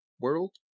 world